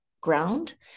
ground